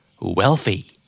Wealthy